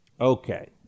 Okay